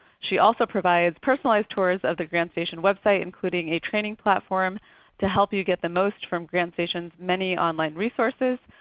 she also provides personalized tours of the grantstation website including a training platform to help you get the most from grantstation's many online resources.